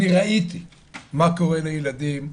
אני ראיתי מה קורה לילדים,